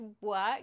work